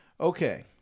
Okay